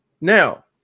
Now